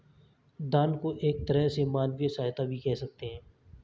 दान को एक तरह से मानवीय सहायता भी कह सकते हैं